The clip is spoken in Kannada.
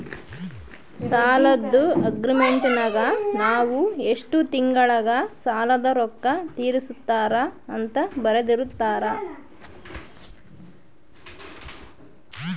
ಸಾಲದ್ದು ಅಗ್ರೀಮೆಂಟಿನಗ ನಾವು ಎಷ್ಟು ತಿಂಗಳಗ ಸಾಲದ ರೊಕ್ಕ ತೀರಿಸುತ್ತಾರ ಅಂತ ಬರೆರ್ದಿರುತ್ತಾರ